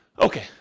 Okay